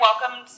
welcome